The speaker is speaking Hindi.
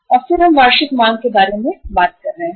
और फिर हम वार्षिक मांग के बारे में बात कर रहे हैं